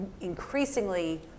increasingly